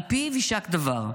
על פיו יישק דבר.